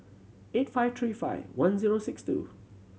eight five three five one zero six two